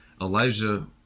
Elijah